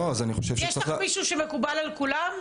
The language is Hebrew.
יש לך מישהו שמקובל על כולם?